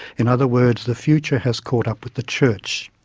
in other words, the future has caught up with the church.